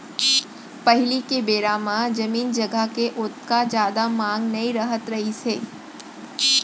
पहिली के बेरा म जमीन जघा के ओतका जादा मांग नइ रहत रहिस हे